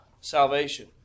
salvation